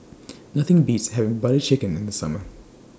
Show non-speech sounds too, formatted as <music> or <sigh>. <noise> Nothing Beats having Butter Chicken in The Summer